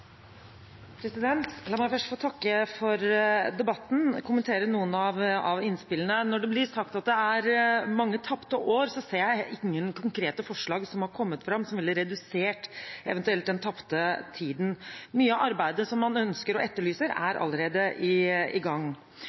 mange tapte år, men jeg ser ingen konkrete forslag som har kommet fram, som ville redusert den eventuelle tapte tiden. Mye av arbeidet som man ønsker og etterlyser, er allerede i gang. Jeg registrerer en bekymring som jeg har hørt flere steder, nemlig det å opprettholde et transporttilbud i